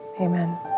Amen